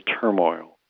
turmoil